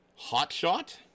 Hotshot